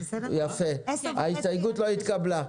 יפה, ההסתייגות לא התקבלה.